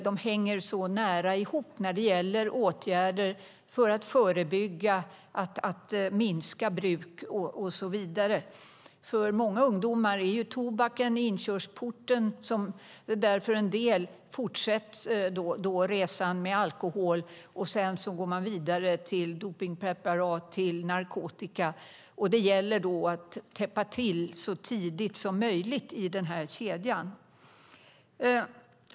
De hänger nära ihop när det gäller åtgärder för att förebygga, minska bruk och så vidare. För många ungdomar är tobaken inkörsporten. Det är därifrån resan fortsätts med alkohol, och sedan går man vidare till dopningspreparat och narkotika. Det gäller att täppa till så tidigt som möjligt i den här kedjan.